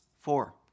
Four